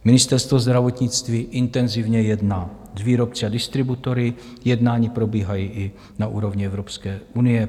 Ministerstvo zdravotnictví intenzivně jedná s výrobci a distributory, jednání probíhají i na úrovni Evropské unie.